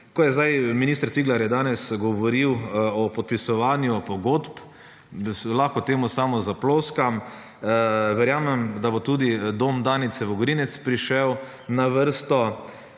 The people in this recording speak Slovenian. Ko minister Cigler je danes govoril o podpisovanju pogodb, lahko temu samo zaploskam. Verjamem, da bo tudi dom Danice Vogrinec prišel na vrsto.